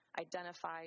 identify